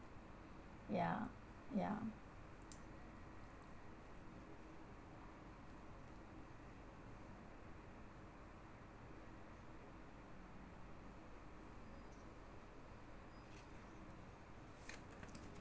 yeah yeah